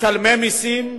משלמי מסים,